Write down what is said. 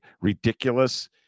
ridiculous